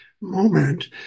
moment